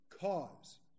cause